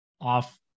Off